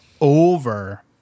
over